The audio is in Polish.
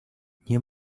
nie